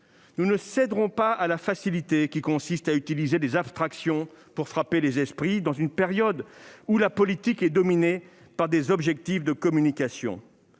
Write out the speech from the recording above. Nous ne céderons pas à la facilité qui consiste à utiliser des abstractions pour frapper les esprits, dans une période où la politique est dominée par des objectifs de communication.